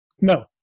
No